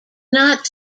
not